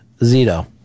Zito